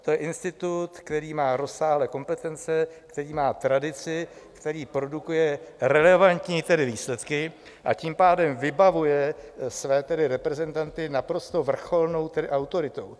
To je institut, který má rozsáhlé kompetence, který má tradici, který produkuje relevantní výsledky, a tím pádem vybavuje své reprezentanty naprosto vrcholnou tedy autoritou.